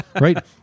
right